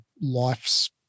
life's